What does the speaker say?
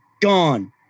gone